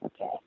Okay